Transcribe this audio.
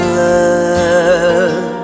love